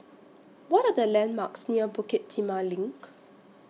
What Are The landmarks near Bukit Timah LINK